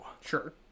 Sure